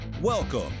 Welcome